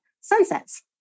Sunsets